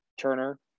Turner